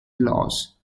loss